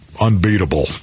unbeatable